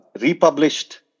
republished